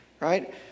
right